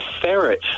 ferret